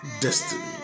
destiny